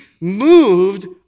moved